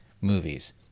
movies